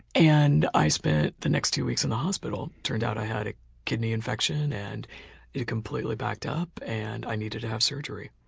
and i spent the next two weeks in the hospital. turned out i had a kidney infection and and it had completely backed up and i needed to have surgery.